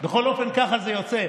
בכל אופן ככה זה יוצא.